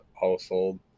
household